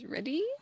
Ready